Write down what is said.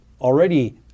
already